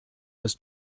was